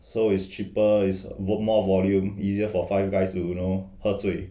so is cheaper is vote more volume easier for five guys to you know 喝醉